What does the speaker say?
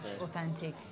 authentic